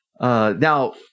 Now